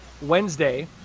Wednesday